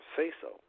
say-so